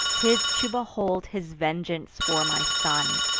t is to behold his vengeance for my son.